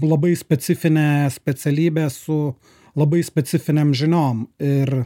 labai specifinė specialybė su labai specifinėm žiniom ir